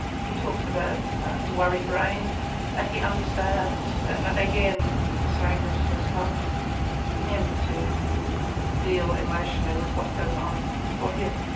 he talks about his worry brain and he understands and again this language has helped him to deal emotionally with what goes on for him.